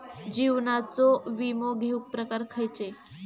जीवनाचो विमो घेऊक प्रकार खैचे?